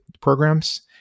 programs